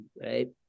right